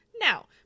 Now